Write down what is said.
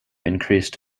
increased